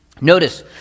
Notice